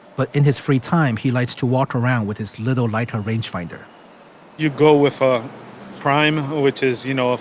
but in his free time, he likes to walk around with his little lighter rangefinder you go with a crime which is, you know, ah